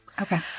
Okay